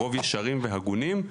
הרוב ישרים והגונים,